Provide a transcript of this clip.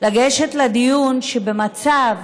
לגשת לדיון במצב